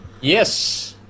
Yes